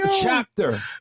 chapter